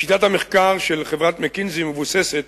שיטת המחקר של חברת "מקינזי" מבוססת